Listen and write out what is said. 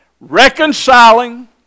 reconciling